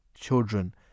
children